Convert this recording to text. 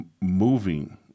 moving